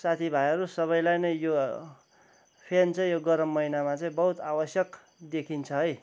साथी भाइहरू सबैलाई नै यो फ्यान चाहिँ यो गरम महिनामा चाहिँ यो बहुत आवश्यक देखिन्छ है